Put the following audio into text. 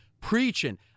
preaching